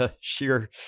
sheer